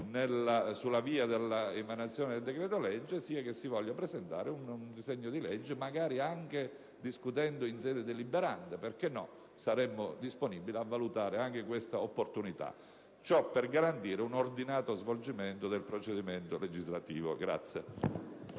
sulla via della emanazione del decreto-legge, sia che si voglia presentare un disegno di legge, magari anche discutendolo in sede deliberante. Perché no! Saremmo disponibili a valutare anche questa opportunità, per garantire un ordinato svolgimento del procedimento legislativo.